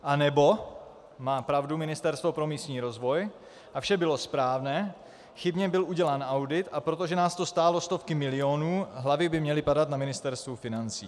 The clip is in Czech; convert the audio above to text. Anebo má pravdu Ministerstvo pro místní rozvoj a vše bylo správné, chybně byl udělán audit, a protože nás to stálo stovky milionů, hlavy by měly padat na Ministerstvu financí.